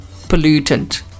pollutant